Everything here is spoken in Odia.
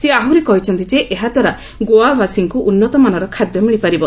ସେ ଆହୁରି କହିଛନ୍ତି ଯେ ଏହା ଦ୍ୱାରା ଗୋଆବାସୀଙ୍କୁ ଉନ୍ନତମାନର ଖାଦ୍ୟ ମିଳିପାରିବ